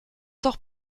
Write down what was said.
doch